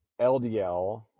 LDL